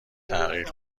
تغییر